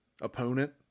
opponent